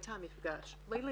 היה מפגש ביני